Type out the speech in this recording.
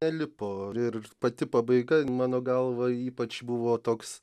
nelipo ir pati pabaiga mano galva ypač buvo toks